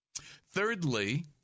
thirdly